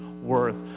worth